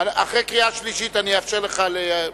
אין מתנגדים ואין נמנעים.